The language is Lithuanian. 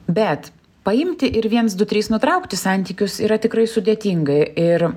bet paimti ir viens du trys nutraukti santykius yra tikrai sudėtinga ir